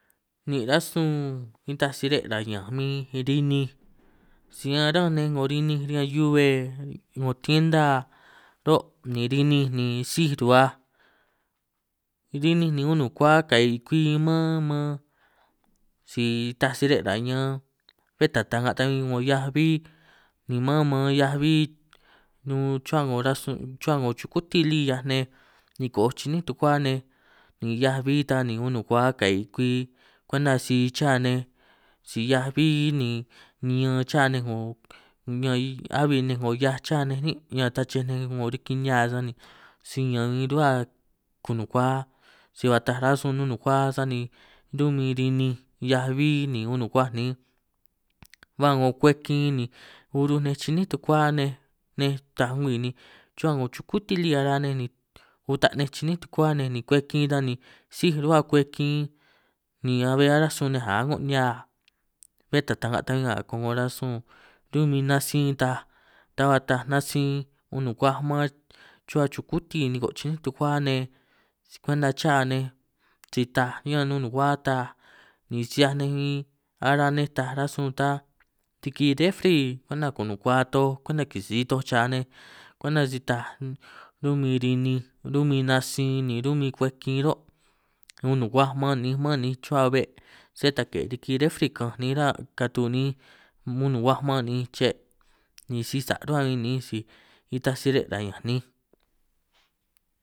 Nin’ rasuun nitaj si re’ ra’ñanj min rininj si ñan rânj nej ‘ngō rininj riñan llube ‘ngō tienda rô’ nī rininj nī si ruhuâj rininj nī unukua kà’ì kwi mân man sī itaj si re’ rā’ñan bé ta ta’nga’ ta bin ‘ ngō hia’aj bbí ni mân man hia’aj bbí nun chuhuâ ‘ngo rasun chuhuâ ‘ngō chukuti lí ‘hiaj nej nìkoj chiní tukuâ nej nī hia’aj bbî ta nī unukua kà’ì kwi kwenta si châ nej si hia’aj bbî nī nī ñan châ nej ‘ngō ñan a’bbi nej nej ‘ngō hia’aj châ nej nîn’ ñan tnachej nej riki ‘ngō nihia sani si ñan bin ruhuâ kùnùkua si ba taaj rasun nun nùkua sanī rûn’ bin ri’ninj hia’aj bbî nī unukuaj nin’inj ba ‘ngō kwej kin ni urruj nej chi’nî tukuâ nej nej taaj ngwiì nī chuhuâ ‘ngō chukutî lij araj nej nī ûta’ nej chi’ní tukuâ nej nī kwej kin ta nī síj ruhuâ kwej kin nî a’bbe aráj sun ninj nnga a’ngô nihia bé ta ta’nga ta bin ngà ko’ngo rasun rumin natsin ta ba taaj natsin unùkuaj man chuhuâ chukûtin nìko’ chi’ní tukuâ nej kwenta châ nej si taj nī ñan nun nùkua taaj nī si ‘hiaaj nej bin araj nej taaj nej rasun ta riki refri kwenta kùnùkua toj kwenta kisi toj cha nej kwenta si taj rumin rininj rumin natsin nī ru’min kwej kin rô’ ’ unùkuaj maan ninj man ninj ruhuâ be’ sé ta ke riki refri ka’anj ninj râ’ katu ninj monùkuaj man ninj che’ nī si sà’ ruhuâ bin nin’inj si nitaj si re’ rà’ñan ninj.